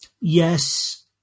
Yes